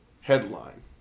headline